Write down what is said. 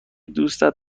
دوستت